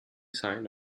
sign